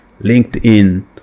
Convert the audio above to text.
LinkedIn